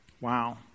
Wow